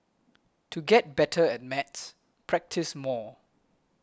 to get better at maths practise more